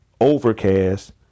Overcast